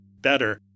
better